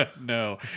No